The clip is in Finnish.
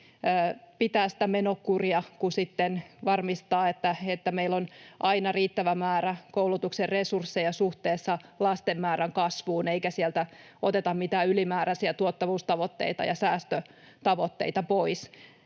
pitää menokuria kuin varmistaa, että meillä on aina riittävä määrä koulutuksen resursseja suhteessa lasten määrän kasvuun ja ettei sieltä oteta mitään ylimääräisiä tuottavuustavoitteita ja säästötavoitteita pois.